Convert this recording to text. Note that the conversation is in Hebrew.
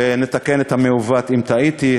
ואני אתקן את המעוות אם טעיתי.